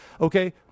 Okay